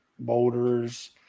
boulders